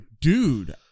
dude